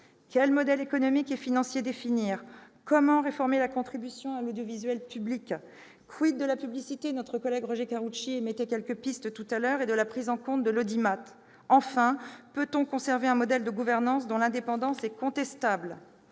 Quel modèle économique et financier définir ? Comment réformer la contribution à l'audiovisuel public ? de la publicité- Roger Karoutchi a évoqué quelques pistes de réflexion à ce sujet -et de la prise en compte de l'audimat ? Enfin, peut-on conserver un modèle de gouvernance, dont l'indépendance est contestable ?